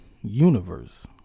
universe